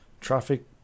traffic